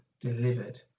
delivered